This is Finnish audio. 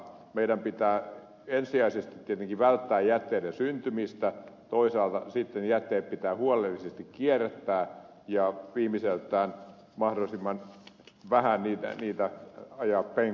meidän pitää ensisijaisesti tietenkin välttää jätteiden syntymistä toisaalta sitten jätteet pitää huolellisesti kierrättää ja viimiseltään mahdollisimman vähän niitä ajaa penkkaan